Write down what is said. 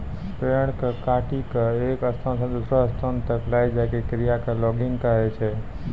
पेड़ कॅ काटिकॅ एक स्थान स दूसरो स्थान तक लै जाय के क्रिया कॅ लॉगिंग कहै छै